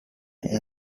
end